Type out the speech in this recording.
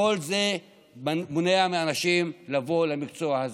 כל זה מונע מאנשים לבוא למקצוע הזה.